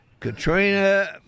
Katrina